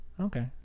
Okay